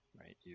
right